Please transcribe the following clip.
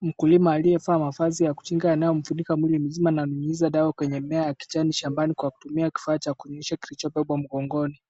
Mkulima aliyevaa mavazi ya kujikinga yanayomfunika mwili mzima ananyunyiza dawa kwenye mimea ya kijani shambani kwa kutumia kifaa cha kunyunyizia kilichobewa mgongoni.